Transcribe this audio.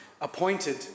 appointed